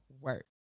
work